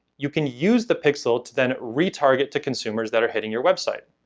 you can use the pixel to then retarget to consumers that are hitting your website.